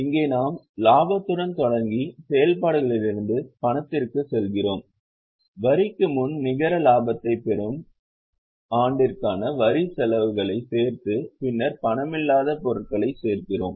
இங்கே நாம் லாபத்துடன் தொடங்கி செயல்பாடுகளிலிருந்து பணத்திற்குச் செல்கிறோம் வரிக்கு முன் நிகர லாபத்தைப் பெறும் ஆண்டிற்கான வரிச் செலவுகளைச் சேர்த்து பின்னர் பணமில்லாத பொருட்களைச் சேர்க்கிறோம்